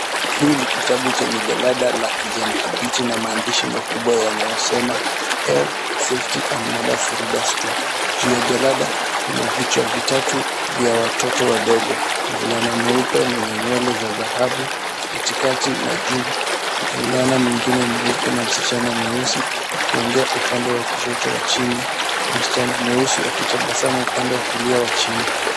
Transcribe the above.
Hii ni kitabu yenye jalada la kijani kibichi na maandishi makubwa yanayosema health safety and manners reader 2 juu ya jalada kuna vichwa kitatu vya watoto wadogo. Mvulana mweupe mwenye nywele za dhahabu katikati na juu, mvulana mwingine mweupe na msichana mweusi akiongea upande wa kushoto wa chini, na msichana mweusi akitabasamu upande wa kulia wa chini.